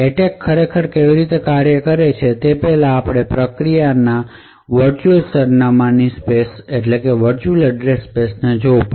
attack ખરેખર કેવી રીતે કાર્ય કરે છે તે પહેલાં આપણે પ્રક્રિયાની વર્ચુઅલ સરનામાંની સ્પેસ જોવી પડશે